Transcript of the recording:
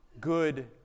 good